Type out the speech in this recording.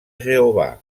jehovà